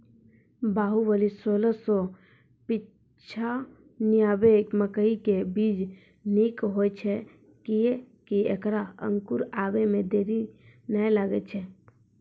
बाहुबली सोलह सौ पिच्छान्यबे मकई के बीज निक होई छै किये की ऐकरा अंकुर आबै मे देरी नैय लागै छै?